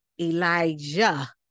Elijah